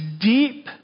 deep